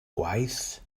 gwaith